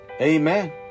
Amen